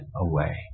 away